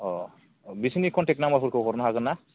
अ बिसोरनि contact number फोरखौ हरनो हागोन ना